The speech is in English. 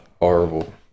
horrible